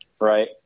right